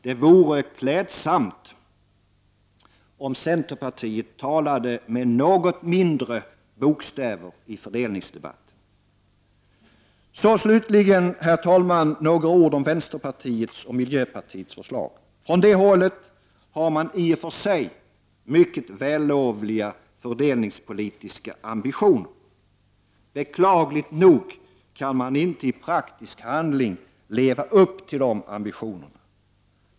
Det vore klädsamt om centerpartiet talade med något mindre bokstäver i fördelningsdebatten. Så slutligen också några ord om vänsterpartiets och miljöpartiets förslag. Från det hållet har man i och för sig mycket vällovliga fördelningspolitiska ambitioner. Beklagligt nog kan man inte i praktisk handling leva upp till dessa ambitioner.